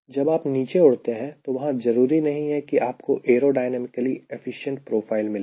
जब आप नीचे उड़ते हैं तो वहां जरूरी नहीं कि आपको aerodynamically efficient profile मिले